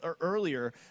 earlier